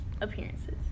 appearances